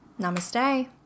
Namaste